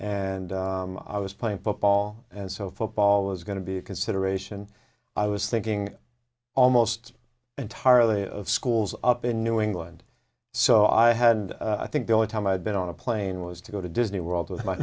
and i was playing football and so football was going to be a consideration i was thinking almost entirely of schools up in new england so i had and i think the only time i've been on a plane was to go to disney world with my